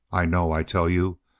i know, i tell you!